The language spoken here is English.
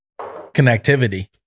Connectivity